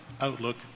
outlook